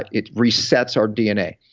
it resets our dna.